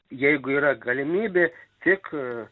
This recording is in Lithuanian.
jeigu yra galimybė tik